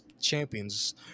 champions